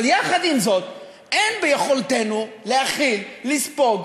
אבל יחד עם זאת אין ביכולתנו להכיל, לספוג,